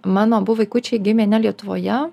mano abu vaikučiai gimė ne lietuvoje